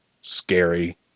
scary